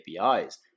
APIs